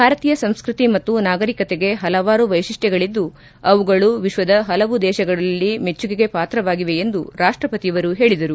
ಭಾರತೀಯ ಸಂಸ್ಟತಿ ಮತ್ತು ನಾಗರೀಕತೆಗೆ ಹಲವಾರು ವೈಶಿಷ್ಟಗಳದ್ದು ಅವುಗಳು ವಿಶ್ವದ ಹಲವು ದೇಶಗಳಲ್ಲಿ ಮೆಚ್ಚುಗೆಗೆ ಪಾತ್ರವಾಗಿವೆ ಎಂದು ರಾಷ್ಟಪತಿಯವರು ಹೇಳಿದರು